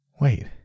Wait